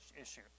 issue